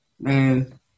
Man